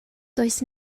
does